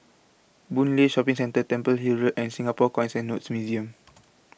Boon Lay Shopping Centre Temple Hill Road and Singapore Coins and Notes Museum